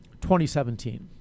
2017